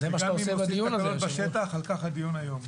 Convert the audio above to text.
זה מה שאתה עושה בדיון הזה, אדוני היושב-ראש.